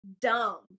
dumb